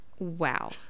Wow